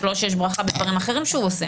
לא שיש ברכה בדברים אחרים שהוא עושה.